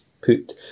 put